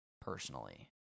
personally